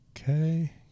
okay